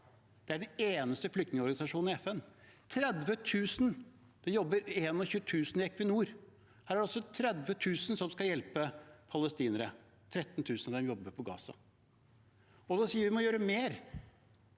det er den eneste flyktningorganisasjonen i FN – 30 000. Det jobber 21 000 i Equinor. Her er det altså 30 000 som skal hjelpe palestinere, og 13 000 av dem jobber i Gaza. Når man sier at vi må gjøre mer,